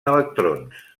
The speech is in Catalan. electrons